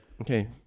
Okay